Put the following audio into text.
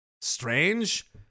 Strange